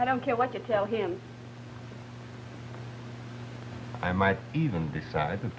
i don't care what you tell him i might even decide